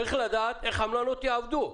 צריך לדעת איך המלונות יעבדו.